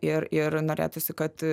ir ir norėtųsi kad